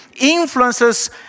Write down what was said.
influences